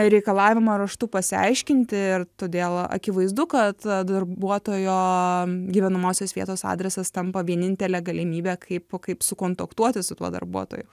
reikalavimą raštu pasiaiškinti ir todėl akivaizdu kad darbuotojo gyvenamosios vietos adresas tampa vienintele galimybe kaip kaip sukontaktuoti su tuo darbuotoju